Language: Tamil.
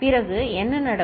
பிறகு என்ன நடக்கும்